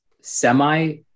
semi